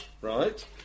Right